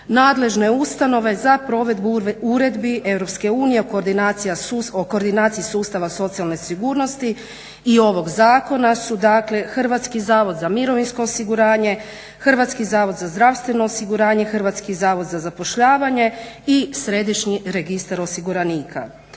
Nadležne ustanove za provedbu uredbi Europske unije o koordinaciji sustava socijalne sigurnosti i ovog zakona su dakle Hrvatski zavod za mirovinsko osiguranje, Hrvatski zavod za zdravstveno osiguranje, Hrvatski zavod za zapošljavanje i Središnji registar osiguranika.